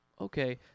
okay